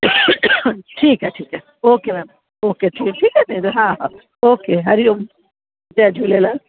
ठीकु आहे ठीकु आहे ओके मैम ओके जी ठीकु आहे न हा हा ओके हरि ओम जय झूलेलाल